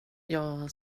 jag